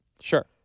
Sure